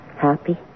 happy